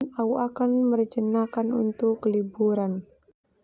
Au akan merencanakan untuk liburan.